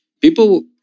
people